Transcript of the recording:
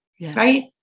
right